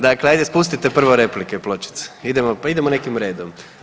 Dakle, ajde spustite prvo replike pločice, idemo, pa idemo nekim redom.